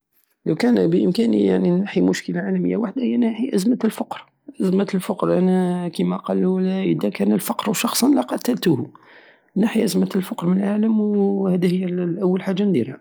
لوكان بامكاني يعني نحي مشكلة عالمية وحدة هي نحي ازمت الفقر ازمت الفقر لان كيما قالو ادا كان الفقر شخصا لقتلته نحي ازمة الفقر من العالم وهدي اول حاجة نديرها